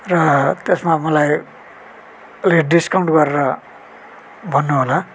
र त्यसमा मलाई अलि डिस्काउन्ट गरेर भन्नुहोला